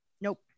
nope